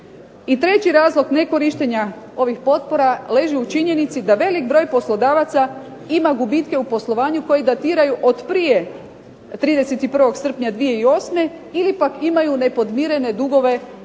treći razlog nekorištenja ovih potpora leži u činjenici da velik broj poslodavaca ima gubitke u poslovanju koji datiraju od prije 31. srpnja 2008. ili pak imaju nepodmirene dugove s naslova